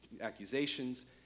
accusations